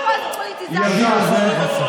באישור מליאת הכנסת,